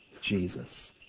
Jesus